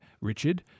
Richard